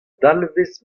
dalvez